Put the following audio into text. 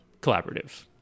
collaborative